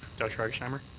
dr. hargesheimer.